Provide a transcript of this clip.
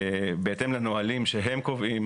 בהתאם לנהלים שהם קובעים.